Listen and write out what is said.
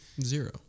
zero